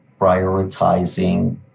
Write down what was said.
prioritizing